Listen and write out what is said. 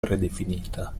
predefinita